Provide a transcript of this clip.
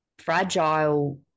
fragile